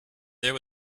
there